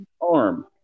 Arm